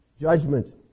judgment